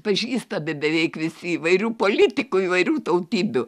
pažįsta be beveik visi įvairių politikų įvairių tautybių